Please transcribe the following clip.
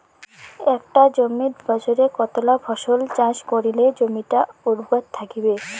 একটা জমিত বছরে কতলা ফসল চাষ করিলে জমিটা উর্বর থাকিবে?